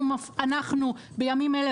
אנחנו בימים אלה,